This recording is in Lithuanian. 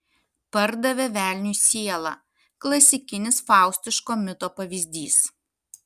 pardavė velniui sielą klasikinis faustiško mito pavyzdys